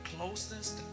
closeness